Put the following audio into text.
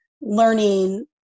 learning